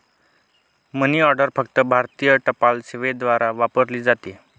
मनी order फक्त भारतीय टपाल सेवेद्वारे वापरली जाते